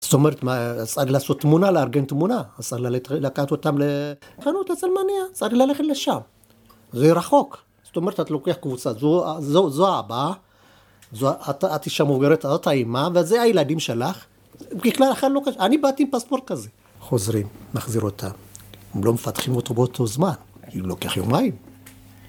זאת אומרת, צריך לעשות תמונה, לארגן תמונה, אז צריך לקחת אותם לחנות, לצלמניה, אז צריך ללכת לשם, זה רחוק, זאת אומרת, אתה לוקח קבוצה, זו האבא, את אישה מבוגרת, זאת האמא, וזה הילדים שלך, בכלל אחר לא קשור, אני באתי עם פספורט כזה. חוזרים, מחזיר אותה, הם לא מפתחים אותו באותו זמן, לוקח יומיים